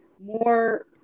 more